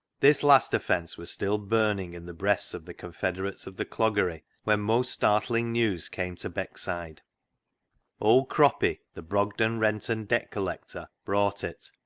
this last offence was still burning in the breasts of the confederates of the cloggery, when most startling news came to beckside. old croppy, the brogden rent and debt col lector, brought it,